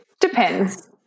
depends